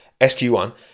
sq1